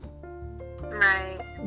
right